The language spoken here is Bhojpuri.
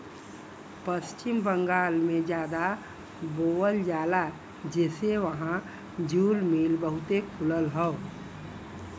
पश्चिम बंगाल में जादा बोवल जाला जेसे वहां जूल मिल बहुते खुलल हौ